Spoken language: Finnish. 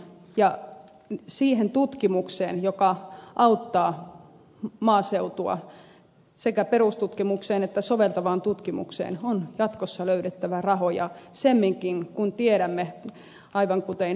ja siihen tutkimukseen joka auttaa maaseutua sekä perustutkimukseen että soveltavaan tutkimukseen on jatkossa löydettävä rahoja semminkin kun tiedämme aivan kuten ed